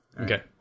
Okay